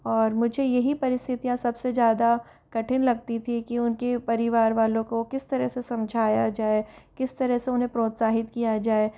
और मुझे यही परिस्थितियाँ सबसे ज़्यादा कठिन लगती थी कि उनके परिवार वालों को किस तरह से समझाया जाए किस तरह से उन्हें प्रोत्साहित किया जाए